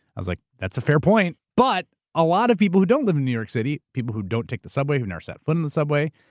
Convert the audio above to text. i was like, that's a fair point, but a lot of people who don't live in new york city, people who don't take the subway, who never set foot in the subway,